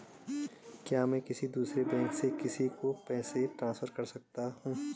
क्या मैं किसी दूसरे बैंक से किसी को पैसे ट्रांसफर कर सकता हूँ?